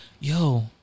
Yo